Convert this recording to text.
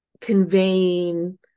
conveying